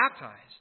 baptized